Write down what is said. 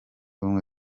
ubumwe